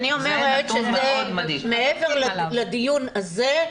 אני אומרת, מעבר לדיון הזה,